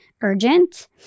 urgent